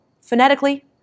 phonetically